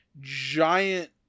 giant